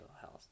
health